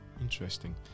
Interesting